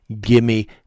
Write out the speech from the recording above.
gimme